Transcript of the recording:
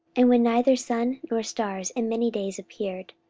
and when neither sun nor stars in many days appeared,